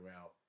out